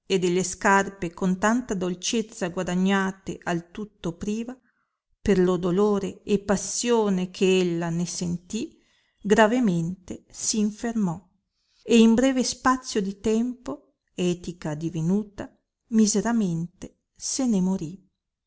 e delle scarpe con tanta dolcezza guadagnate al tutto priva per lo dolore e passione che ella ne sentì gravemente s infermò e in breve spazio di tempo etica divenuta miseramente se ne morì